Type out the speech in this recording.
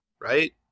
right